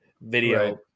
video